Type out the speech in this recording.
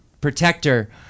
protector